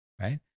right